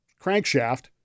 Crankshaft